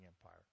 empire